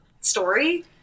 story